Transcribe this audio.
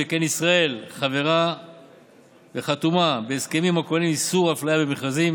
שכן ישראל חברה וחתומה על הסכמים הכוללים איסור אפליה במכרזים